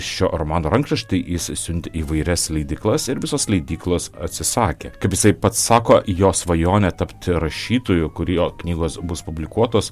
šio romano rankraštį jis siuntė į įvairias leidyklas ir visos leidyklos atsisakė kaip jisai pats sako jo svajonė tapti rašytoju kurio knygos bus publikuotos